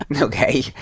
Okay